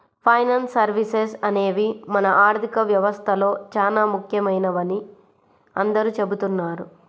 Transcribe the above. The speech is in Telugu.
ఫైనాన్స్ సర్వీసెస్ అనేవి మన ఆర్థిక వ్యవస్థలో చానా ముఖ్యమైనవని అందరూ చెబుతున్నారు